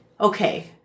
okay